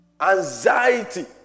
anxiety